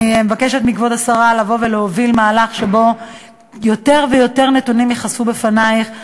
אני מבקשת מכבוד השרה להוביל מהלך שבו יותר ויותר נתונים ייחשפו בפנייך,